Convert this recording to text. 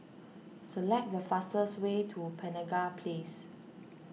select the fastest way to Penaga Place